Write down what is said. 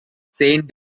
saint